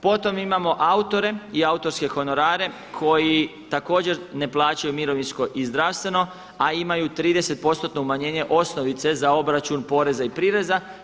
Potom imamo autore i autorske honorare koji također ne plaćaju mirovinsko i zdravstveno, a imaju 30% umanjenje osnovice za obračun poreza i prireza.